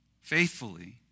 faithfully